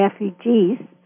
refugees